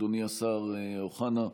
אדוני השר אוחנה,